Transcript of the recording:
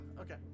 okay